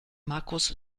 markus